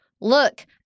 look